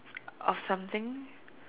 of something